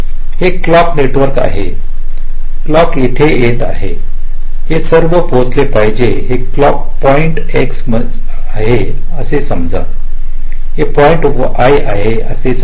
हे clock network आहे क्लॉकयेथे येत आहे ते सर्व पोहोचले पाहिजे हे पॉईंट x असे समजा हे पॉईंट y असे समजू